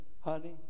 honey